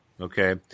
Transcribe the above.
Okay